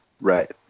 Right